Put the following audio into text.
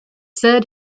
said